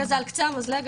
זה על קצה המזלג.